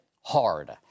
hard